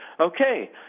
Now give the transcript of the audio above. Okay